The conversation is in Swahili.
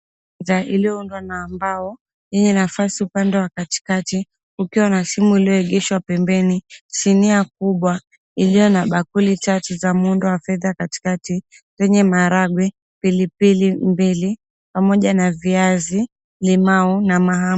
Meza iliyoundwa na mbao yenye nafasi upande wa katikati, kukiwa na simu iliyoegeshwa pembeni. Sinia kubwa iliyo na bakuli chache za muundo wa fedha katikati, zenye maharagwe, pilipili mbili, pamoja na viazi, limau na mahamri.